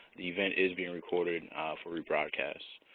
the event is being recorded for rebroadcast.